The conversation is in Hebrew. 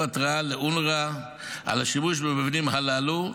התראה לאונר"א על השימוש במבנים הללו,